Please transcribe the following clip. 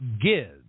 gives